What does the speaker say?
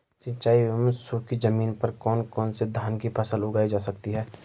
सिंचाई एवं सूखी जमीन पर कौन कौन से धान की फसल उगाई जा सकती है?